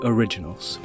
Originals